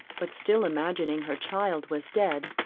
but still imagining her child was dead,